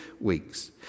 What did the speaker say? weeks